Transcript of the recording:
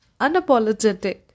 unapologetic